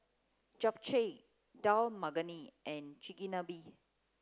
Japchae Dal Makhani and Chigenabe